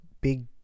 big